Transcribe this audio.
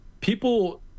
people